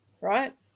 right